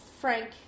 Frank